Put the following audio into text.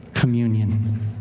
communion